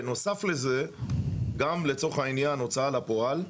בנוסף לזה גם לצורך העניין הוצאה לפועל.